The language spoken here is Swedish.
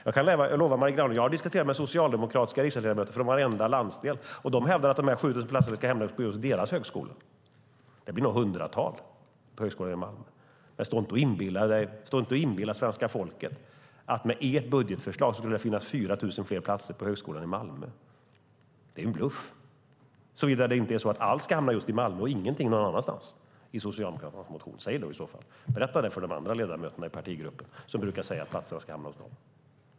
Jag har diskuterat med socialdemokratiska riksdagsledamöter från varenda landsdel, och de hävdar att de 7 000 platserna ska hamna på deras högskolor. Det blir nog ett hundratal på högskolan i Malmö. Stå inte och inbilla svenska folket att det med ert budgetförslag skulle finnas 4 000 fler platser på högskolan i Malmö! Det är en bluff. Men kanske allt i Socialdemokraternas motion ska hamna just i Malmö och ingenting någon annanstans. Säg det i så fall! Berätta det för de andra ledamöterna i partigruppen som brukar säga att platserna ska hamna hos dem.